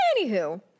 anywho